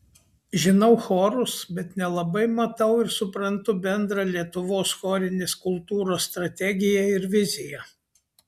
žinau chorus bet nelabai matau ir suprantu bendrą lietuvos chorinės kultūros strategiją ir viziją